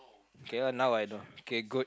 K lah now I know okay good